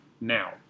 now